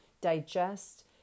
digest